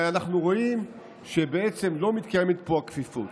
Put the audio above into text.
ואנחנו רואים שבעצם לא מתקיימת פה הכפיפות.